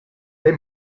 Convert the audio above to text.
they